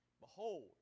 Behold